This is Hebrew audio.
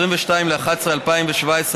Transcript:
22 בנובמבר 2017,